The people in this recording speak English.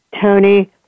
Tony